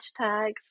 hashtags